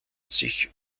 sich